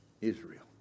Israel